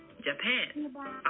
Japan